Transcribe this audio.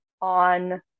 on